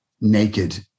naked